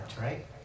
right